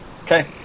okay